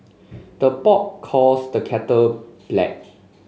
the pot calls the kettle black